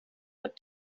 but